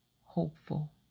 Hopeful